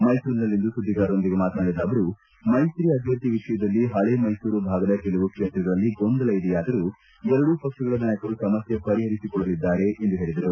ಮೈಸೂರಿನಲ್ಲಿಂದು ಸುದ್ದಿಗಾರರೊಂದಿಗೆ ಮಾತನಾಡಿದ ಅವರು ಮೈತ್ರಿ ಅಭ್ಯರ್ಥಿ ವಿಷಯದಲ್ಲಿ ಪಳೇ ಮೈಸೂರು ಭಾಗದ ಕೆಲವು ಕ್ಷೇತ್ರಗಳಲ್ಲಿ ಗೊಂದಲ ಇದೆಯಾದರೂ ಎರಡೂ ಪಕ್ಷಗಳ ನಾಯಕರು ಸಮಸ್ತೆ ಪರಿಪಸರಿಸಲಿದ್ದಾರೆ ಎಂದು ಹೇಳಿದರು